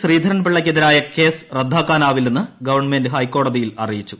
ശ്രീധരൻ പിള്ളയ്ക്കെതിരായ കേസ് റദ്ദാക്കാനാവില്ലെന്ന് ഗവൺമെന്റ് ഹൈക്കോടതിയിൽ അറിയിച്ചു